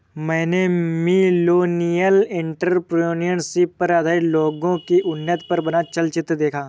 मैंने millennial entrepreneurship पर आधारित लोगो की उन्नति पर बना चलचित्र देखा